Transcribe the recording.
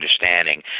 understanding